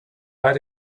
add